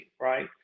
right